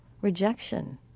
rejection